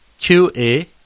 QA